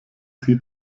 sie